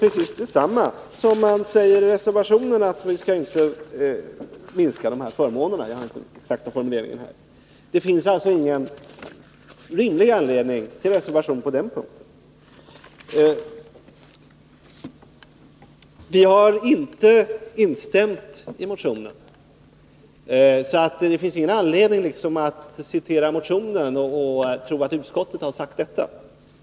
Precis detsamma sägs i reservationen, nämligen att möjligheterna till ledighet för skilda ändamål inte får sättas i fråga. Det finns alltså ingen rimlig anledning till reservation på den här punkten. Vi har inte instämt i motionerna, och det finns alltså inte någon anledning att citera den motion det här gäller som om utskottet hade sagt detta.